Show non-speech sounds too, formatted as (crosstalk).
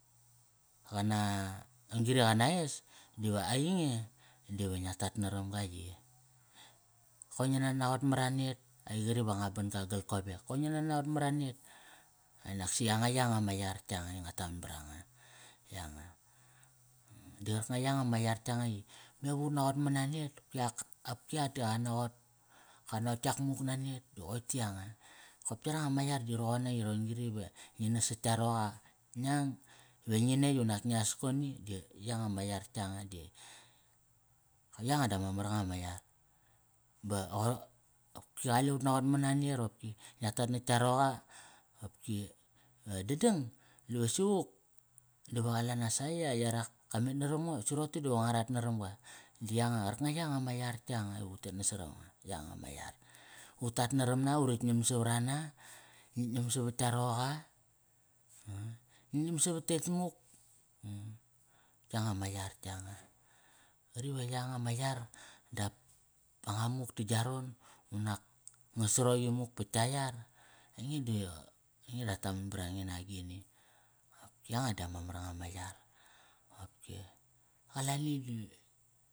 Qana. ron giri qa na es diva ainge diva ngia tat naram ga yi. Koi ngi na naqot ma ra net. Ai qari va nga ban-ga gal kovek, koi ngi na naqot mara net. Anaksi anga yanga ma yar yanga i nga taman bara nga yanga Di qarkanga yanga ma yar yanga i me vut naqot mana net, opki ka, opki ak di qa naqot, ka naqot yak muk nanet. Di qoi ti yanga. Kop yaranga ma yar di roqon na i ron gri ve ngi nas sat tka roqa, ngiang, ve ngi netk unak ngias koni Di yanga ma yar yanga di, yanga dama mar nga ma yar. Ba qoir, ki qale ut naqot ma na net opki. Ngia tat nat tka roqa opki ve dadang, dive sivuk, dive qa la nas aiya yarak ka met naram ngo si roqote diva ngua rat naram ga. Di anga qarkanga yanga ma yar yanga ivu tet nasaranga. Yanga ma yar U tat naram na urik ngiam savarana, ngit ngiam savat tka roqa. (hesitation) Ngi ngiam savat tetk muk (hesitation) yanga ma yar yanga. Qari va yanga ma yar dap anga muk ta gia ron unak, nga sarok imuk pat tka yar Ainge da, ainge da ra taman bara nge na agini. Qopki yanga dama mar nga ma yar, qopki. Qalani al.